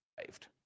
saved